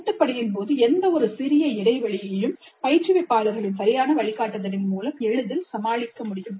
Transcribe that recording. கூட்டுப் பணியின்போது எந்தவொரு சிறிய இடைவெளிகளையும் பயிற்றுவிப்பாளர்களின் சரியான வழிகாட்டுதலின் மூலம் எளிதில் சமாளிக்க முடியும்